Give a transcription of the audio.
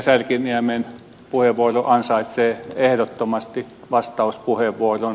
särkiniemen puheenvuoro ansaitsee ehdottomasti vastauspuheenvuoron